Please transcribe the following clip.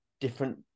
different